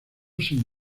sin